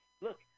Look